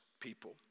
people